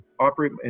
operate